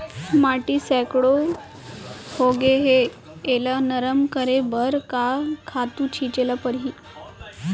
माटी सैकड़ा होगे है एला नरम करे बर का खातू छिंचे ल परहि?